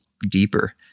deeper